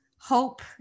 hope